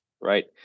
right